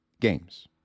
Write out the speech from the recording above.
games